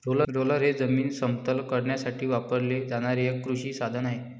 roller हे जमीन समतल करण्यासाठी वापरले जाणारे एक कृषी साधन आहे